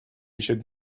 should